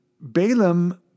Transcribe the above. Balaam